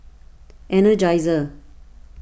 energizer